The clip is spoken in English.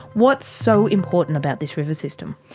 what's so important about this river system?